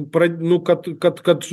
pra nu kad kad kad